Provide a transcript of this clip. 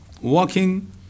walking